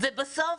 ובסוף